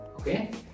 okay